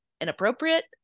inappropriate